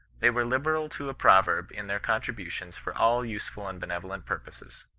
they were liberal to a proverb in their contributions for all usefrd and benevolent purposes.